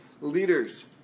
leaders